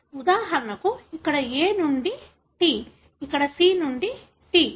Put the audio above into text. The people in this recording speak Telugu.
ఉదాహరణకు ఇక్కడ A నుండి T ఇక్కడ C to T